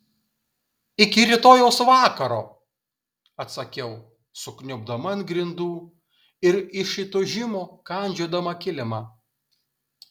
iki rytojaus vakaro atsakiau sukniubdama ant grindų ir iš įtūžimo kandžiodama kilimą